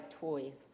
toys